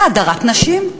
זו הדרת נשים.